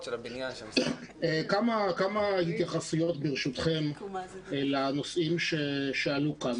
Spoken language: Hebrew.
מייצגים --- כמה התייחסויות ברשותכם לנושאים שעלו כאן.